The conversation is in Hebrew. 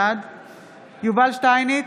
בעד יובל שטייניץ,